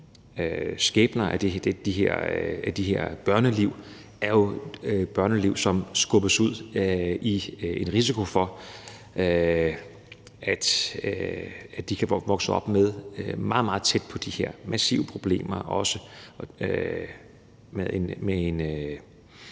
skæbner, af de her børneliv, er jo børneliv, som skubbes ud i en risiko for, at de kan vokse op meget, meget tæt på de her massive problemer